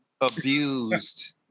Abused